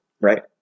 Right